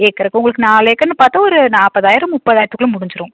ஏக்கருக்கு உங்களுக்கு நாலு ஏக்கர்னு பார்த்தா ஒரு நாற்பதாயிரம் முப்பதாயிரத்துக்குள்ள முடிஞ்சிடும்